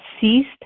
ceased